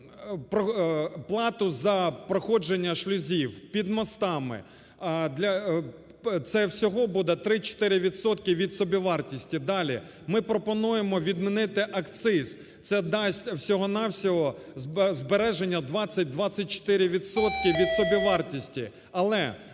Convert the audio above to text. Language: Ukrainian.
плату за проходження шлюзів під мостами. Це всього буде 3-4 відсотки від собівартості. Далі. Ми пропонуємо відмінити акциз. Це дасть всього-на-всього збереження 20-24 відсотки від собівартості.